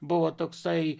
buvo toksai